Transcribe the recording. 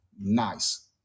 nice